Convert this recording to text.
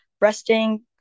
resting